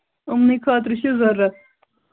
یِم نٕے خٲطرٕ چھِ ضوٚرَتھ